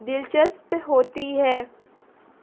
دلچسپ ہوتی ہے